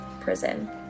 prison